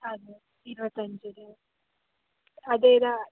അത് ഇരുപത്തഞ്ച് അല്ലേ അതേതാണ്